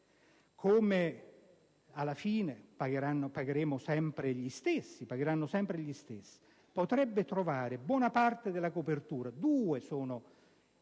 - alla fine pagheranno sempre gli stessi - potrebbe trovare buona parte della copertura adottando